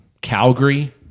Calgary